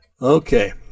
Okay